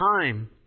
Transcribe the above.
time